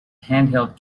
handheld